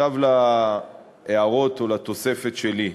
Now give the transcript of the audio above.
עכשיו להערות, או לתוספת, שלי,